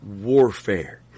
warfare